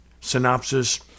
synopsis